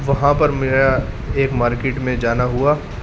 وہاں پر میرا ایک مارکیٹ میں جانا ہوا